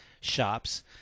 shops